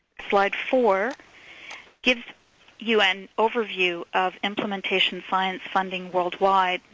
slide four gives you and overview of implementation science funding worldwide,